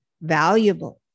valuable